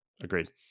Agreed